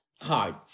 Hard